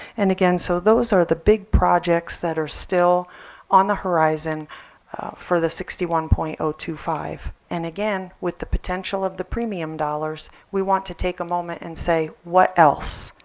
and again, so those are the big projects that are still on the horizon for the sixty one point zero two five. and again with the potential of the premium dollars we want to take a moment and say, what else?